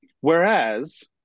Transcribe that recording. whereas